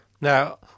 Now